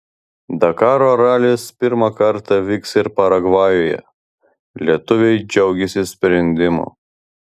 dakaro ralis pirmą kartą vyks ir paragvajuje lietuviai džiaugiasi sprendimu